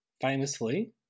Famously